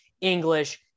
English